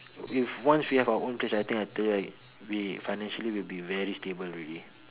if once we have our own place right I think I tell you right we financially will be very stable already